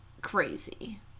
crazy